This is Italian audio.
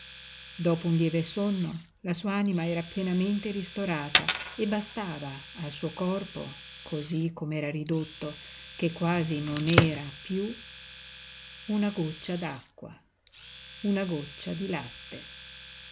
dopo un lieve sonno la sua anima era pienamente ristorata e bastava al suo corpo cosí com'era ridotto che quasi non era piú una goccia d'acqua una goccia di latte